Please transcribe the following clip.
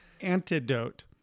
Antidote